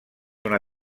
una